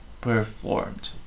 performed